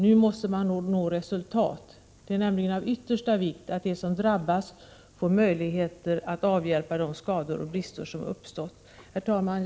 Nu måste man nå resultat. Det är nämligen av yttersta vikt att de som drabbats får möjligheter att avhjälpa de skador och brister som uppstått. Herr talman!